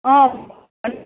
अँ